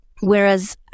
Whereas